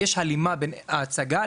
הלימה בין ההצגה,